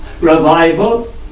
revival